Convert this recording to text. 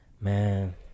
Man